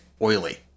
oily